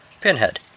Pinhead